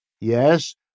Yes